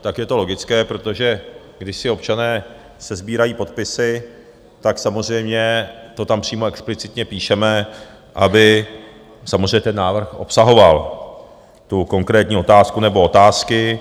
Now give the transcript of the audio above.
Tak je to logické, protože když si občané sesbírají podpisy, tak samozřejmě to tam přímo explicitně píšeme, aby samozřejmě ten návrh obsahoval tu konkrétní otázku nebo otázky.